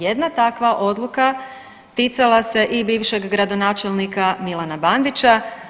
Jedna takva odluka ticala se i bivšeg gradonačelnika Milana Bandića.